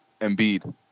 Embiid